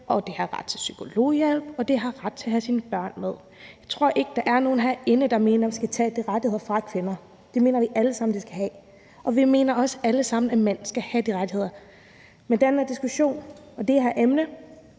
De har ret til psykologhjælp, og de har ret til at have deres børn med. Jeg tror ikke, at der er nogen herinde, der mener, at vi skal tage de rettigheder fra kvinder. Dem mener vi alle sammen de skal have, og vi mener også alle sammen, at mænd skal have de rettigheder, men den her diskussion og det her emne